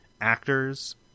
actors